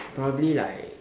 probably like